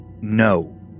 No